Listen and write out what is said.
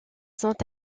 sont